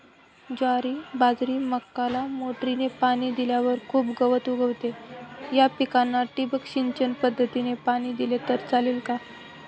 ज्वारी, बाजरी, मक्याला मोटरीने पाणी दिल्यावर खूप गवत उगवते, या पिकांना ठिबक सिंचन पद्धतीने पाणी दिले तर चालेल का?